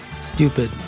stupid